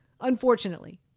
unfortunately